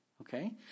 Okay